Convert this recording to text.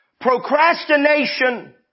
Procrastination